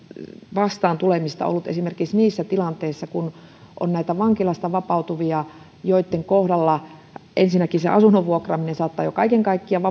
vastaantulemista ollut esimerkiksi niissä tilanteissa kun on näitä vankilasta vapautuvia joitten kohdalla ensinnäkin se asunnon vuokraaminen vapailta markkinoilta saattaa jo kaiken kaikkiaan